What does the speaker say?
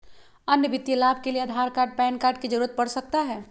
अन्य वित्तीय लाभ के लिए आधार कार्ड पैन कार्ड की जरूरत पड़ सकता है?